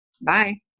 bye